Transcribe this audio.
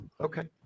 Okay